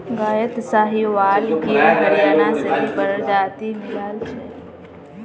गायत साहीवाल गिर हरियाणा सिंधी प्रजाति मिला छ